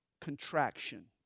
contraction